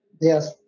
Yes